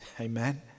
Amen